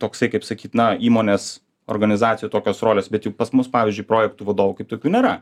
toksai kaip sakyt na įmonės organizacijų tokios rolės bet juk pas mus pavyzdžiui projektų vadovų kaip tokių nėra